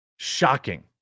Shocking